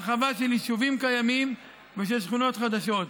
הרחבה של יישובים קיימים ושל שכונות חדשות.